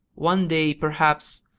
one day perhaps,